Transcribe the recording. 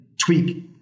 tweak